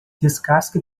descasque